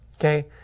Okay